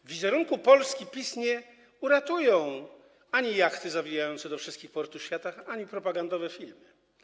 Wizerunku Polski PiS nie uratują ani jachty zawijające do wszystkich portów świata, ani propagandowe filmy.